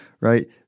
right